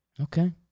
Okay